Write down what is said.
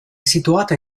situata